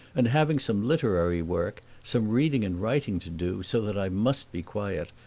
and having some literary work, some reading and writing to do, so that i must be quiet,